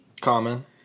common